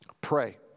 Pray